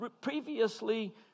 previously